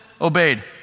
obeyed